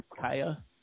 Kaya